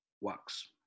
works